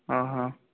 ହଁ ହଁ